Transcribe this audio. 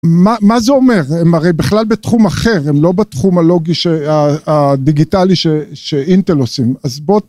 מה זה אומר הרי בכלל בתחום אחר הם לא בתחום הלוגי שהדיגיטלי שאינטל עושים אז בוא.